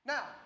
Now